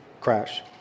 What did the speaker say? crash